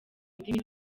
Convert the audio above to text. ndimi